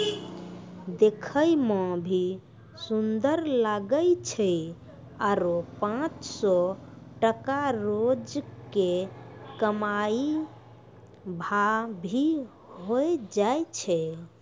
देखै मॅ भी सुन्दर लागै छै आरो पांच सौ टका रोज के कमाई भा भी होय जाय छै